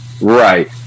Right